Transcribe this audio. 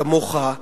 כמוך,